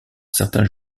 certains